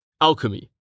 Alchemy